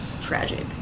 tragic